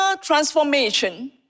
transformation